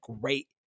great